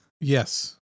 Yes